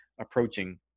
approaching